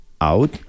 out